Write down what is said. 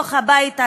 בתוך הבית הזה,